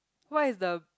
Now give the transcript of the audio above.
what is the